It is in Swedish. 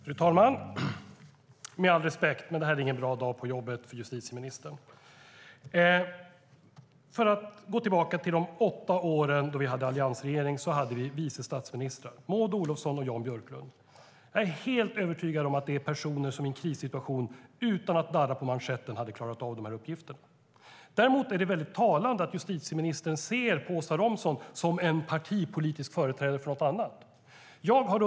Fru talman! Med all respekt men det här är ingen bra dag på jobbet för justitieministern. Låt mig gå tillbaka till de åtta åren med alliansregeringen. Vi hade vice statsministrar. Det var Maud Olofsson och Jan Björklund. Jag är helt övertygad om att det är personer som i en krissituation utan att darra på manschetten hade klarat av uppgiften. Däremot är det mycket talande att justitieministern ser på Åsa Romson som en partipolitisk företrädare för något annat parti.